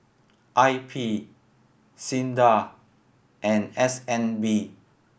I P SINDA and S N B